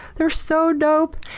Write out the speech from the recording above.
they're so dope!